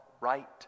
right